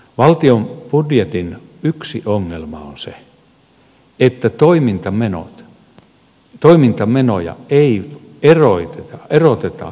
valtion budjetin yksi ongelma on se että toimintamenoja ei eroteta investointimenoista